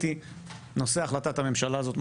נושא החלטת הממשלה הזאת קריטי.